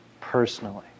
personally